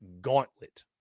gauntlet